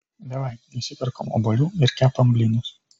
davai nusiperkam obuolių ir kepam blynus